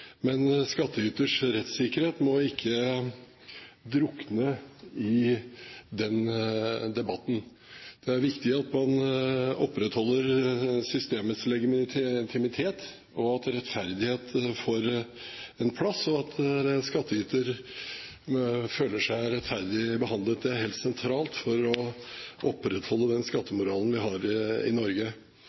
men skattyters rettssikkerhet må ikke drukne i den debatten. Det er viktig at man opprettholder systemets legitimitet, at rettferdighet får en plass, og at skattyter føler seg rettferdig behandlet. Det er helt sentralt for å opprettholde den skattemoralen vi har i Norge.